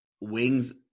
Wings